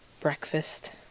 Breakfast